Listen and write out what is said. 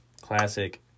Classic